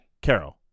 Carol